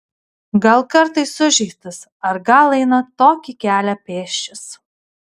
gal kartais sužeistas ar gal eina tokį kelią pėsčias